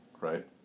right